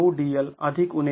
९DL ± १